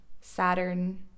Saturn